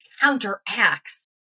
counteracts